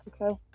Okay